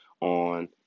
on